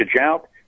out